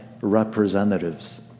representatives